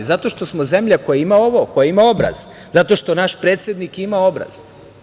Zato što smo zemlja koja ima ovo, koja ima obraz, zato što naš predsednik ima obraz.